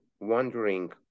wondering